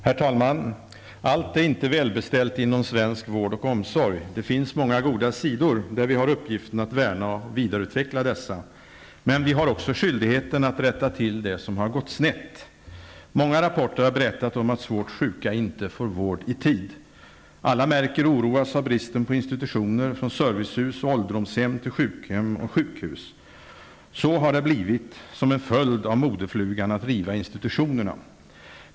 Herr talman! Allt är inte välbeställt inom svensk vård och omsorg. Det finns många goda sidor, där vi har uppgiften att värna och vidareutveckla dessa. Men vi har också skyldigheten att rätta till det som gått snett. Många rapporter har berättat om att svårt sjuka inte får vård i tid. Alla märker och oroas av bristen på institutioner -- från servicehus och ålderdomshem till sjukhem och sjukhus. Så har det blivit som en följd av modeflugan att ''riva institutionerna''.